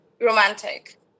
romantic